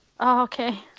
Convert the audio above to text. Okay